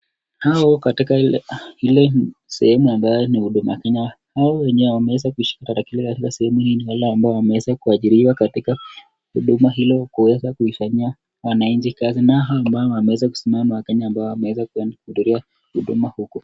Hawa wako katika ile sehemu ambayo ni huduma kenya. Hawa wenye wameweza kushika tarakilishi katika sehemu hii ni wale ambao wameweza kuajiriwa katika huduma hilo kuweza kuwafanyia wanainchi kazi na hao ambao wameweza kusimama ni wakenya ambao wameenda kuhudhuria huduma huku.